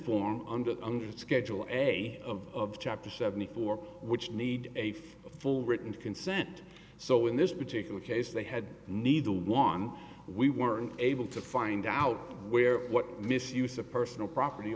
form under under schedule and a of up to seventy four which need a full written consent so in this particular case they had neither one we weren't able to find out where what misuse of personal property